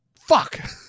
Fuck